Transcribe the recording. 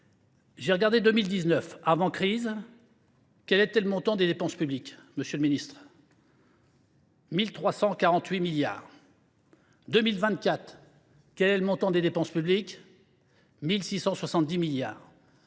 J'ai regardé 2019. Avant crise, quel était le montant des dépenses publiques, monsieur le ministre ? 1348 milliards. 2024, quel est le montant des dépenses publiques ? 1670 milliards.